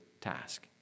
task